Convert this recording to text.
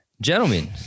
gentlemen